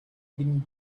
been